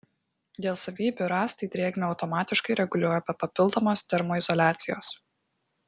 dėl savybių rąstai drėgmę automatiškai reguliuoja be papildomos termoizoliacijos